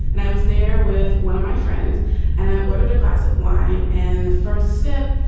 and i was there with one of my friends and i ordered a glass of wine and the first sip.